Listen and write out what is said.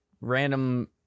random